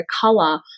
color